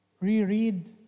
reread